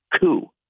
coup